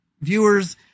viewers